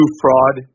fraud